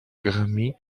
grammy